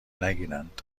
نگیرند